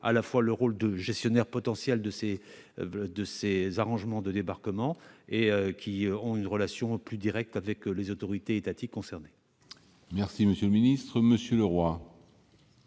qui jouent le rôle de gestionnaires potentiels de ces arrangements de débarquement, et qui ont une relation plus directe avec les autorités étatiques concernées. La parole est à M. Henri Leroy,